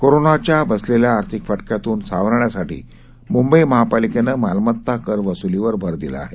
कोरोनाच्याबसलेल्याआर्थिकफटक्यातूनसावरण्यासाठीमुंबईमहापालिकेनंमालमत्ताकरवसुलीवरभरदिलाआहे